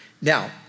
Now